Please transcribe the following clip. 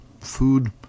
food